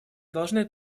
должны